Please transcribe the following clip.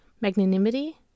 magnanimity